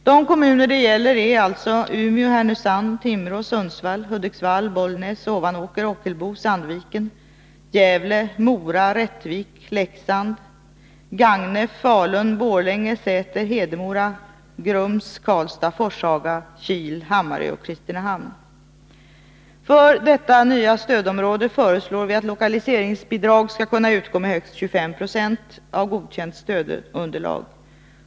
De kommuner det gäller är alltså: Umeå, Härnösand, Timrå, Sundsvall, Hudiksvall, Bollnäs, Ovanåker, Ockelbo, Sandviken, Gävle, Mora, Rättvik, Leksand, Gagnef, Falun, Borlänge, Säter, Hedemora, Grums, Karlstad, Forshaga, Kil, Hammarö och Kristinehamn. För detta nya stödområde föreslår vi att lokaliseringsbidrag skall kunna utgå med högst 25 26 av godkänt stödunderlag.